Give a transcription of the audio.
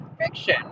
fiction